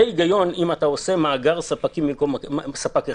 היגיון אם אתה עושה מאגר ספקים במקום ספק אחד.